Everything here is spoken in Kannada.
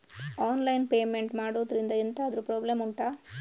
ಆನ್ಲೈನ್ ಪೇಮೆಂಟ್ ಮಾಡುದ್ರಿಂದ ಎಂತಾದ್ರೂ ಪ್ರಾಬ್ಲಮ್ ಉಂಟಾ